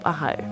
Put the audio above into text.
Aho